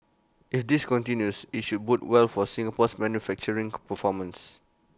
if this continues IT should bode well for Singapore's manufacturing performance